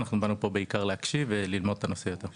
אנחנו באנו לפה בעיקר להקשיב וללמוד את הנושא יותר טוב.